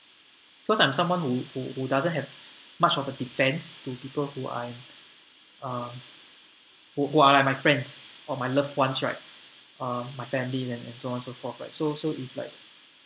cause I'm someone who who who doesn't have much of a defense to people who I am uh who are my friends or my loved ones right uh my family then and so on so forth right so so it's like